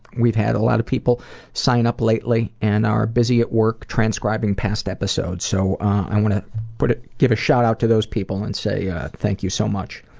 we've had a lot of people sign up lately, and are busy at work transcribing past episodes. so i want to but ah give a shout out to those people and say ah thank you so much.